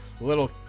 little